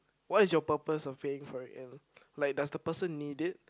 what is your purpose of being for it in like does the person need it